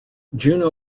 juno